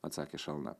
atsakė šalna